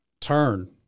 turn